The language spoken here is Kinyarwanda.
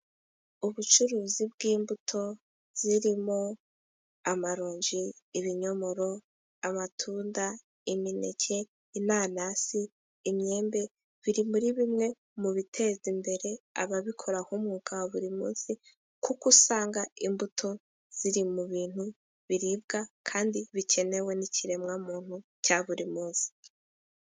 Ubucuruzi bw'imbuto zirimo: amaronji ,ibinyomoro amatunda, imineke ,inanasi, imyembe biri muri bimwe mu biteza imbere ababikora nk' umwuga wa buri munsi kuko usanga imbuto ziri mu bintu biribwa kandi bikenewe n'ikiremwamuntu cya buri munsi.